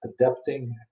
adapting